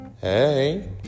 hey